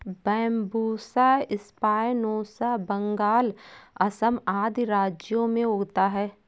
Bambusa spinosa Bengal, Assam आदि राज्यों में उगता है